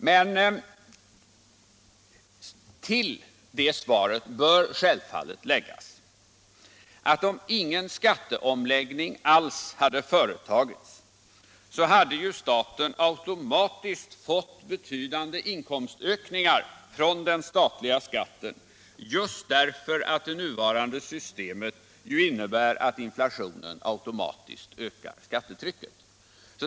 Men till det svaret bör självfallet läggas att om ingen skatteomläggning alls hade företagits, hade ju staten automatiskt fått betydande inkomstökningar från den statliga skatten, just därför att det nuvarande systemet innebär att inflationen automatiskt ökar skattetrycket.